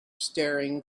staring